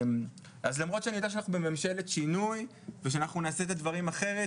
אז למרות שאני יודע שאנחנו בממשלת שינוי ושאנחנו נעשה את הדברים אחרת,